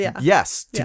Yes